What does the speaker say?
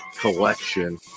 collection